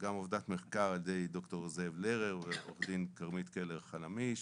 גם עבודת מחקר על ידי ד"ר זאב לרר ועורכת הדין כרמית קלר חלמיש,